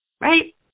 Right